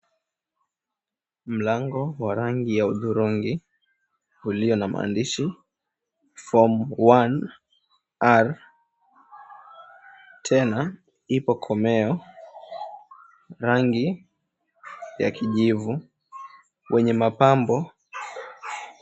Mlango wa rangi ya hudhurungi ulio na maandishi Form 1R. Tena ipo komeo rangi ya kijivu wenye mapambo.